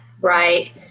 right